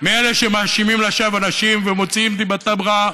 מאלה שמאשימים לשווא אנשים ומוציאים דיבתם רעה,